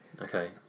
okay